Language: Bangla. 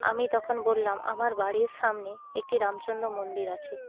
আমি তখন বলাম আমার বাড়ির সামনে একটি রামচন্দ্র মন্দির আছে